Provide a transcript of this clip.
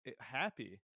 happy